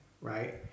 right